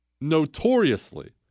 notoriously